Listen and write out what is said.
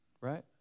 right